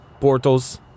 portals